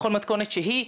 בכל מתכונת שהיא,